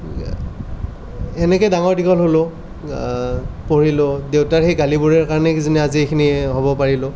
এনেকৈ ডাঙৰ দীঘল হ'লোঁ পঢ়িলোঁ দেউতাৰ সেই গালিবোৰৰ কাৰণে কিজানি আজি এইখিনি হ'ব পাৰিলোঁ